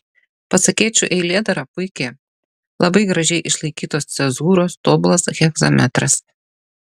pasakėčių eilėdara puiki labai gražiai išlaikytos cezūros tobulas hegzametras